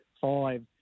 five